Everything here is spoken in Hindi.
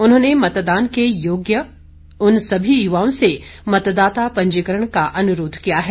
उन्होंने मतदान के योग्य सभी उन युवाओं से मतदाता पंजीकरण का अनुरोध किया है